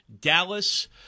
Dallas